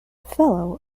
fellow